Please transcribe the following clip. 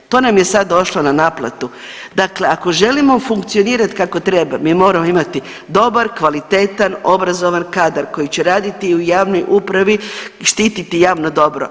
To nam je sad došlo na naplatu, dakle ako želimo funkcionirati kako treba, mi moramo imati dobar, kvalitetan, obrazovan kadar koji će raditi i u javnoj upravi, štiti javno dobro.